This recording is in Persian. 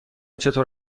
چطور